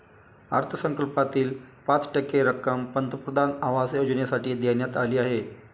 अर्थसंकल्पातील पाच टक्के रक्कम पंतप्रधान आवास योजनेसाठी देण्यात आली आहे